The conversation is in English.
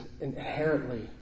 inherently